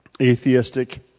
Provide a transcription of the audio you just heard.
atheistic